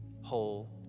whole